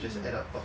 mm